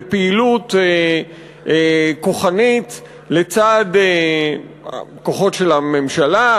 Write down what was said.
בפעילות כוחנית לצד כוחות של הממשלה,